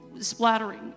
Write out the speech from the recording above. splattering